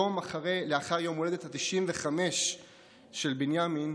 יום לאחר יום ההולדת ה-95 של בנימין,